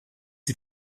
die